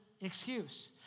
excuse